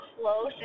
close